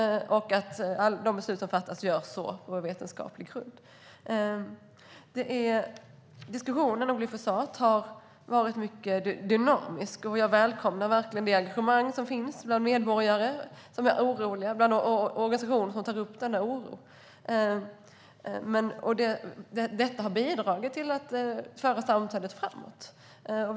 De beslut som fattas ska fattas på vetenskaplig grund. Diskussionen om glyfosat har varit mycket dynamisk. Jag välkomnar verkligen det engagemang som finns bland medborgare som är oroliga och bland organisationer som tar upp denna oro. Detta har bidragit till att samtalet förs framåt.